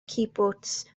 cibwts